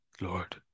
Lord